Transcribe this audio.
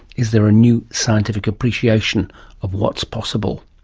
is there a new scientific appreciation of what's possible?